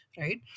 right